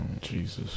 Jesus